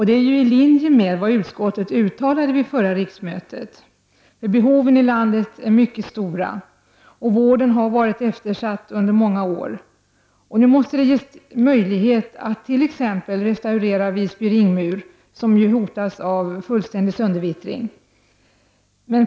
Det är i linje med vad utskottet uttalade vid förra riksmötet. Behoven är mycket stora ute i landet, och vården har varit eftersatt under många år. Nu måste det ges möjlighet att t.ex. restaurera Visby ringmur, som hotas av fullständig söndervittring.